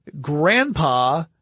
Grandpa